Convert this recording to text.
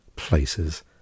places